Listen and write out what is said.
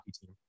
team